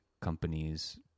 companies